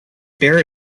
bear